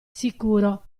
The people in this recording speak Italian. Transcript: sicuro